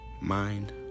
mind